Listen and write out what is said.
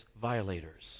violators